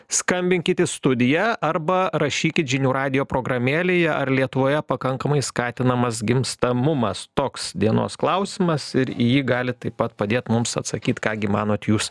skambinkit į studiją arba rašykit žinių radijo programėlėje ar lietuvoje pakankamai skatinamas gimstamumas toks dienos klausimas ir į jį galit taip pat padėt mums atsakyt ką gi manot jūs